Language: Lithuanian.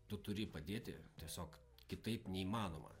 tu turi padėti tiesiog kitaip neįmanoma